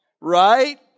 Right